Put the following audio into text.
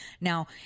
now